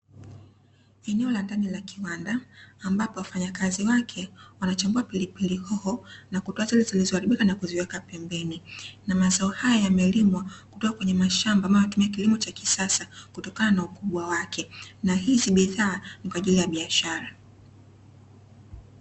Eneo la ndani la kiwanda, ambapo wafanyakazi wake wanachambua pilipilihoho kutoa zile zilizoharibika na kuweka pembeni. Mazao haya yamelimwa kutoka kwenye mashamba maana yanatumia kilimo cha kisasa kutokana na ukubwa wake na hizi bidhaa kwa ajili ya biashara.